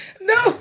No